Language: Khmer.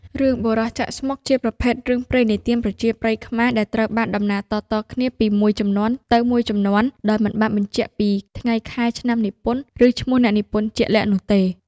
រឿង "បុរសចាក់ស្មុគ" ជាប្រភេទ រឿងព្រេងនិទានប្រជាប្រិយខ្មែរ ដែលត្រូវបានដំណាលតៗគ្នាពីមួយជំនាន់ទៅមួយជំនាន់ ដោយមិនបានបញ្ជាក់ពី ថ្ងៃខែឆ្នាំនិពន្ធ ឬ ឈ្មោះអ្នកនិពន្ធជាក់លាក់នោះទេ។